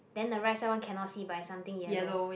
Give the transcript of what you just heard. then the right side one cannot see but it's something yellow